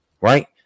right